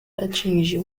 atingiu